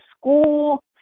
school